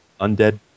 undead